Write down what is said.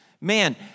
Man